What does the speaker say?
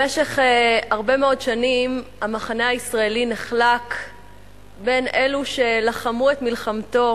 במשך הרבה מאוד שנים המחנה הישראלי נחלק בין אלו שלחמו את מלחמתו,